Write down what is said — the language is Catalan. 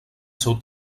seu